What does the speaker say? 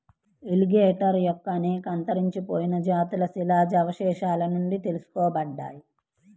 alligator యొక్క అనేక అంతరించిపోయిన జాతులు శిలాజ అవశేషాల నుండి తెలుసుకోబడ్డాయి